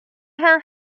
her